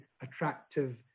attractive